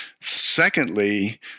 Secondly